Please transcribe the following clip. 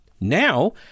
Now